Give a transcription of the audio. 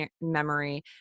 memory